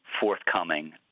forthcoming